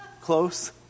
Close